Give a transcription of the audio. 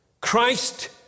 Christ